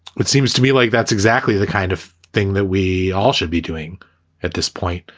it seems to me like that's exactly the kind of thing that we all should be doing at this point,